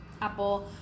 apple